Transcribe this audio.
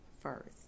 first